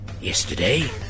yesterday